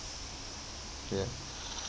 ya